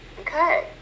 Okay